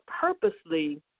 purposely